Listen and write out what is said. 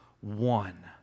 one